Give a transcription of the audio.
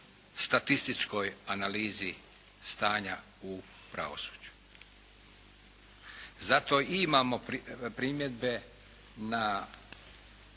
statističkoj analizi stanja u pravosuđu. Zato i imamo primjedbe na